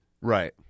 Right